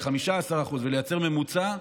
ולייצר ממוצע,